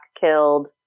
killed